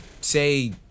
say